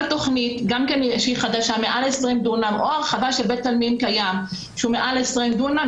תוכנית חדשה מעל 20 דונם או הרחבה של בית עלמין קיים שהוא מעל 20 דונם,